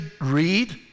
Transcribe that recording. read